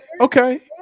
Okay